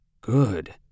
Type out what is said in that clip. Good